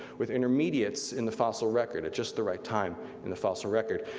with intermediates in the fossil record at just the right time in the fossil record,